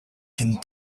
can